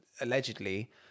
allegedly